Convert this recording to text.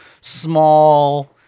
small